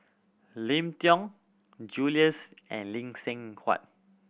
Lim Tiong Jules and Lee Seng Huat